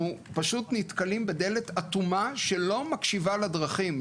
פשוט נתקלים בדלת אטומה שלא מקשיבה לדרכים,